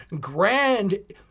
grand